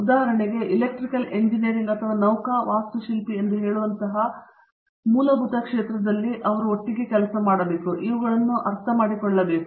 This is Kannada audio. ಉದಾಹರಣೆಗೆ ಎಲೆಕ್ಟ್ರಿಕಲ್ ಎಂಜಿನಿಯರಿಂಗ್ ಅಥವಾ ನೌಕಾ ವಾಸ್ತುಶಿಲ್ಪಿ ಎಂದು ಹೇಳುವಂತಹ ಮೂಲಭೂತ ಕ್ಷೇತ್ರದಲ್ಲಿ ಅವರು ಒಟ್ಟಿಗೆ ಕೆಲಸ ಮಾಡಬೇಕು ಮತ್ತು ಇವುಗಳನ್ನು ಅವರು ಅರ್ಥಮಾಡಿಕೊಳ್ಳಬೇಕು